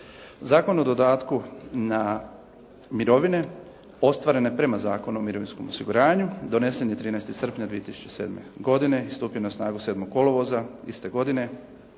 Zakon o dodatku na mirovine ostvarene prema Zakonu o mirovinskom osiguranju donesen je 13. srpnja 2007. godine i stupio na snagu 7. kolovoza iste godine